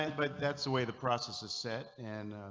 and but that's the way the process is set an.